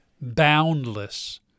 boundless